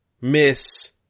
miss